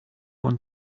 want